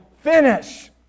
finish